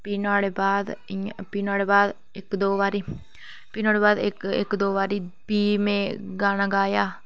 नुआढ़े बाद इयां प्ही नुआढ़े बाद इक दो बारी प्ही नुआढ़े बाद इक दो बारी फिर में गाना गाया